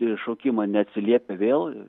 šaukimą neatsiliepia vėl